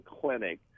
clinic